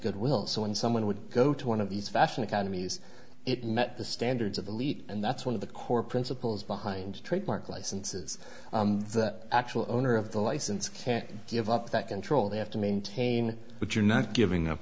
good will so when someone would go to one of these fashion academies it met the standards of elite and that's one of the core principles behind trademark licenses that actual owner of the license can't give up that control they have to maintain but you're not giving up